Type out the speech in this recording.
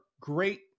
great